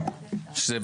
שמונה